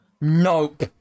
Nope